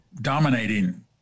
dominating